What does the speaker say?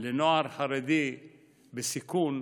לנוער חרדי בסיכון,